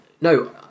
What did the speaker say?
No